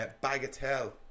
Bagatelle